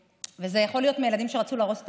זה יכול להיות מילדים שרצו להרוס את